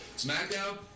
Smackdown